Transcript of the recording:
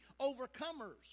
overcomers